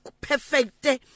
perfect